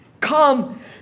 Come